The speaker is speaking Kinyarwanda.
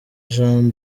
jean